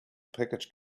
package